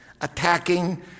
attacking